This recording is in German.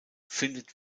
findet